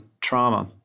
trauma